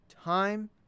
Time